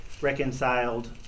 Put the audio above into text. reconciled